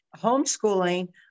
homeschooling